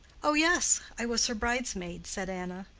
oh, yes i was her bridesmaid, said anna.